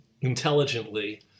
intelligently